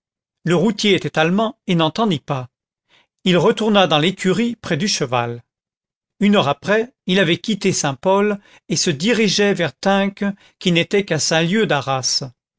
le routier était allemand et n'entendit pas il retourna dans l'écurie près du cheval une heure après il avait quitté saint-pol et se dirigeait vers tinques qui n'est qu'à cinq lieues d'arras